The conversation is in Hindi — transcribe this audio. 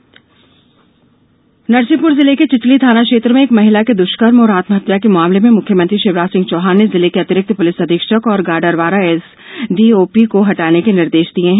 पुलिस कार्यवाही नरसिंहपुर जिले के चिचली थाना क्षेत्र में एक महिला के दुष्कर्म और आत्महत्या के मामले में मुख्यमंत्री शिवराज सिंह चौहान ने जिले के अतिरिक्त पुलिस अधीक्षक और गाडरवारा एसडीओपी को हटाने के निर्देश दिये हैं